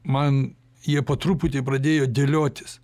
man jie po truputį pradėjo dėliotis